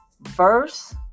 verse